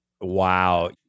Wow